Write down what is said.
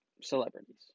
celebrities